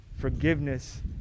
forgiveness